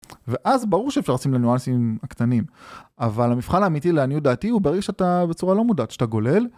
ואז ברור שאפשר לשים לניואנסים הקטנים, אבל המבחן האמיתי לעניות דעתי הוא ברגע שאתה בצורה לא מודעת, שאתה גולל.